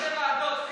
קשה לעבוד,